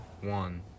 one